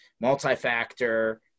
multi-factor